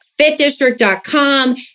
fitdistrict.com